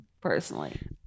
personally